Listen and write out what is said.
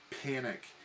Panic